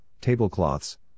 tablecloths